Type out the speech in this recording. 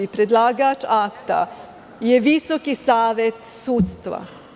Predlagač akta je Visoki savet sudstva.